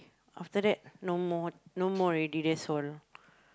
after that no more no more already that's all